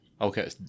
Okay